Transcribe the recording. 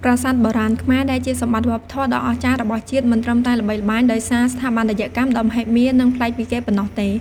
ប្រាសាទបុរាណខ្មែរ ដែលជាសម្បត្តិវប្បធម៌ដ៏អស្ចារ្យរបស់ជាតិ មិនត្រឹមតែល្បីល្បាញដោយសារស្ថាបត្យកម្មដ៏មហិមា និងប្លែកពីគេប៉ុណ្ណោះទេ។